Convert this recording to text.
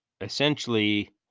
essentially